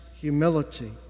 humility